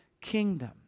kingdom